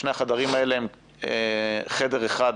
שני החדרים האלה הם חדר אחד,